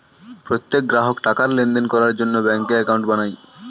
প্রত্যেক গ্রাহক টাকার লেনদেন করার জন্য ব্যাঙ্কে অ্যাকাউন্ট বানায়